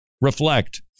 Reflect